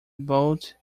boat